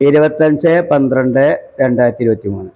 ഇരുപത്തഞ്ച് പന്ത്രണ്ട് രണ്ടായിരത്തി ഇരുപത്തിമൂന്ന്